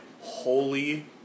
holy